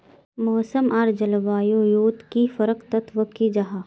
मौसम आर जलवायु युत की प्रमुख तत्व की जाहा?